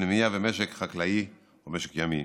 פנימייה ומשק חקלאי או משק ימי.